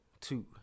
two